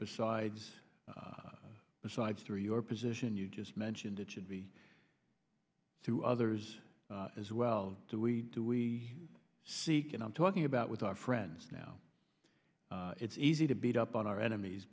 besides besides through your position you just mentioned it should be to others as well do we do we seek and i'm talking about with our friends now it's easy to beat up on our enemies